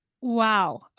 Wow